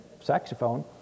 saxophone